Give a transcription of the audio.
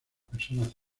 personas